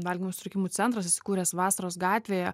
valgymo sutrikimų centras įsikūręs vasaros gatvėje